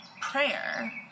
prayer